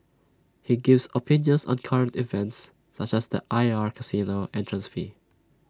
he gives opinions on current events such as the I R casino entrance fee